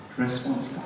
response